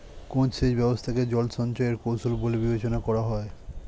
কোন সেচ ব্যবস্থা কে জল সঞ্চয় এর কৌশল বলে বিবেচনা করা হয়?